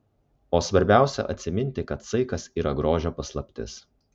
o svarbiausia atsiminti kad saikas yra grožio paslaptis